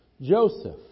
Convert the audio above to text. Joseph